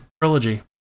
trilogy